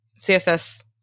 CSS